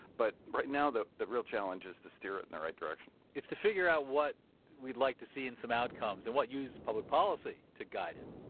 but right now, the the real challenge is to steer it in the right direction it's to figure out what we'd like to see in some outcomes. and what, use public policy to guide it?